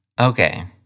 Okay